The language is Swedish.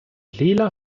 lila